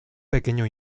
pequeño